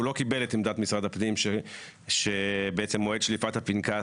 הוא לא קיבל את עמדת משרד הפנים שבעצם מועד שליפת הפנקס